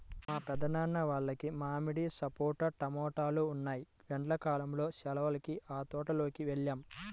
మా పెద్దనాన్న వాళ్లకి మామిడి, సపోటా తోటలు ఉన్నాయ్, ఎండ్లా కాలం సెలవులకి ఆ తోటల్లోకి వెళ్తాం